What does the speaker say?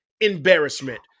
embarrassment